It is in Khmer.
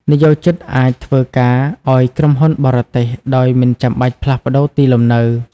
និយោជិតអាចធ្វើការឱ្យក្រុមហ៊ុនបរទេស ដោយមិនចាំបាច់ផ្លាស់ប្តូរទីលំនៅ។